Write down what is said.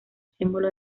símbolo